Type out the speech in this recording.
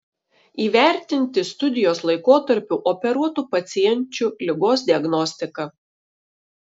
įvertinti studijos laikotarpiu operuotų pacienčių ligos diagnostiką